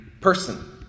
person